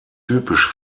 typisch